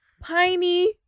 piney